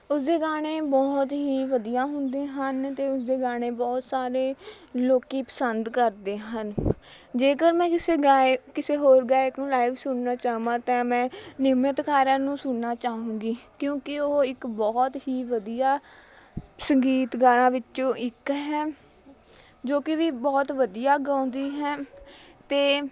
ਉਸਦੇ ਗਾਣੇ ਬਹੁਤ ਹੀ ਵਧੀਆ ਹੁੰਦੇ ਹਨ ਅਤੇ ਉਸਦੇ ਗਾਣੇ ਬਹੁਤ ਸਾਰੇ ਲੋਕੀ ਪਸੰਦ ਕਰਦੇ ਹਨ ਜੇਕਰ ਮੈਂ ਕਿਸੇ ਗਾਇਕ ਕਿਸੇ ਹੋਰ ਗਾਇਕ ਨੂੰ ਲਾਈਵ ਸੁਣਨਾ ਚਾਵਾਂ ਤਾਂ ਮੈਂ ਨਿਮਰਤ ਖਹਿਰਾ ਨੂੰ ਸੁਣਨਾ ਚਾਹੂੰਗੀ ਕਿਉਂਕਿ ਉਹ ਇੱਕ ਬਹੁਤ ਹੀ ਵਧੀਆ ਸੰਗੀਤਗਾਰਾਂ ਵਿੱਚੋਂ ਇੱਕ ਹੈ ਜੋ ਕੀ ਵੀ ਬਹੁਤ ਵਧੀਆ ਗਾਉਂਦੀ ਹੈ ਅਤੇ